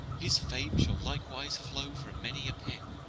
his fame shall likewise flow from many a pen,